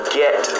get